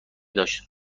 داشت